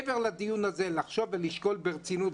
מעבר לדיון הזה לחשוב ולשקול ברצינות,